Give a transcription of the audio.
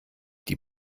die